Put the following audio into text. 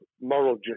moral